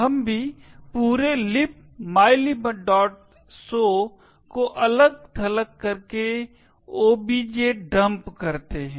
हम भी पूरे libmylibso को अलग थलग करके objdump करते हैं